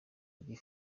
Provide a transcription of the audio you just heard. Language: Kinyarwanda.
big